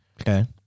Okay